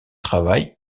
travaille